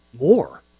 more